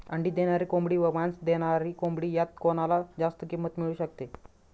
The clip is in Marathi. अंडी देणारी कोंबडी व मांस देणारी कोंबडी यात कोणाला जास्त किंमत मिळू शकते?